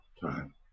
time